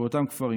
באותם כפרים.